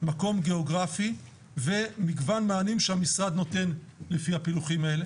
מקום גיאוגרפי ומגוון מענים שהמשרד נותן לפי הפילוחים האלה.